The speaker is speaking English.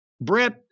Brett